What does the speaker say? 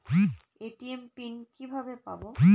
ATM PIN কিভাবে পাবো?